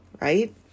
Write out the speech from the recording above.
right